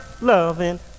loving